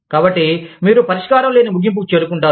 కాబట్టి మీరు పరిష్కారం లేని ముగింపుకు చేరుకుంటారు